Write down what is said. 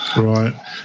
Right